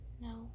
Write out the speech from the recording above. No